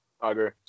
agree